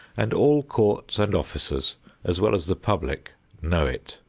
and all courts and officers as well as the public know it.